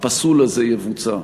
הפסול הזה יבוצע.